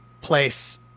place